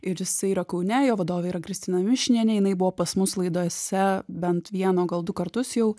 ir jisai yra kaune jo vadovė yra kristina mišinienė jinai buvo pas mus laidose bent vieną o gal du kartus jau